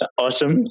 awesome